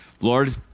Lord